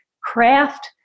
craft